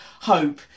hope